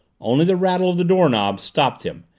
only the rattle of the doorknob stopped him,